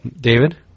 David